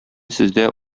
сездә